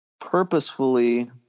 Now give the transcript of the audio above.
purposefully